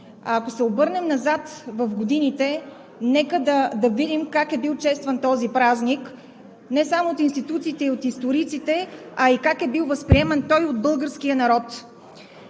Ако се обърнем назад в годините, нека да видим как е бил честван този празник не само от институциите и от историците, а и как той е бил възприеман от българския народ.